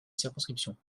circonscription